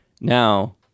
Now